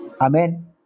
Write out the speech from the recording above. Amen